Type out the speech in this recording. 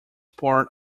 part